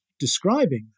Describing